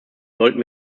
sollten